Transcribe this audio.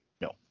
No